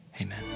Amen